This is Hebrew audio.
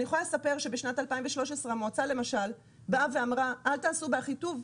אני יכולה לספר שבשנת 2013 המועצה באה ואמרה: אל תעשו באחיטוב,